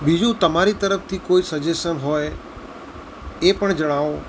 બીજું તમારી તરફથી કોઈ સજેશન હોય એ પણ જણાવો